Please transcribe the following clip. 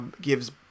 gives